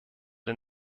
den